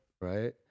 right